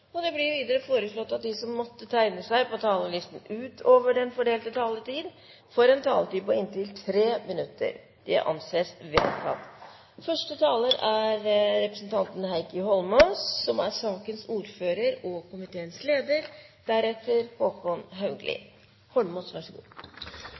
taletid. Videre blir det foreslått at de som måtte tegne seg på talerlisten utover den fordelte taletid, får en taletid på inntil 3 minutter. – Det anses vedtatt. Finansmarknadsmeldinga er en melding om utviklingen i – og